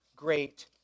great